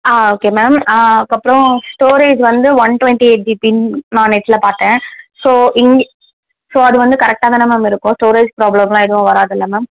ஆ okay ma'am அதுக்கப்புறம் storage வந்து one twenty eight ஜிபின்னு நான் நெட்டில் பார்த்தேன் ஸோ இங்கே ஸோ அது வந்து கரெக்டாக தானே மேம் இருக்கும் ஸ்டோரேஜ் ப்ராப்ளம்லாம் எதுவும் வராதுல்ல மேம்